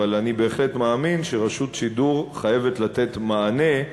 אבל אני בהחלט מאמין שרשות שידור חייבת לתת מענה,